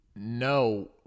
no